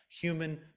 human